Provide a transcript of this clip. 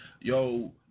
yo